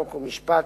חוק ומשפט